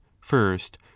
first